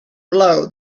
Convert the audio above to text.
blow